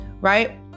right